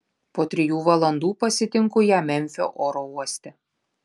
po trijų valandų pasitinku ją memfio oro uoste